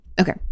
Okay